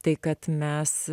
tai kad mes